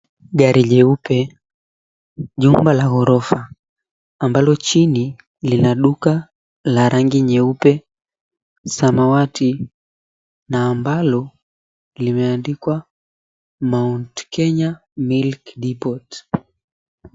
Gari jeupe, jumba la ghorofa ambalo chini lina duka la rangi nyeupe samawati na ambalo limeandikwa, Mount Kenya Milk Depot.